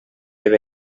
dvd